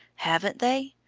haven't they?